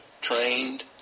trained